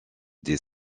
des